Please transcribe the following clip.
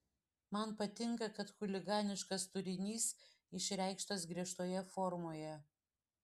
man patinka kad chuliganiškas turinys išreikštas griežtoje formoje